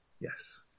yes